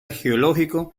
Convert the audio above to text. geológico